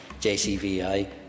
JCVI